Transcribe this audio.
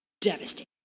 devastating